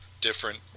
different